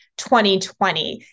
2020